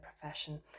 profession